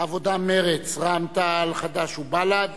העבודה, מרצ, רע"ם-תע"ל, חד"ש ובל"ד